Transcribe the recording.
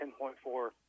10.4